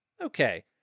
Okay